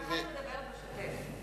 ככה אני מדברת בשוטף,